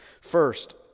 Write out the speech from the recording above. First